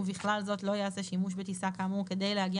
ובכלל זאת לא יעשה שימוש בטיסה כאמור כדי להגיע